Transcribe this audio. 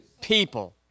people